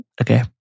Okay